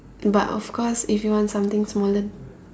but of course if you want something smaller